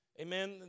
Amen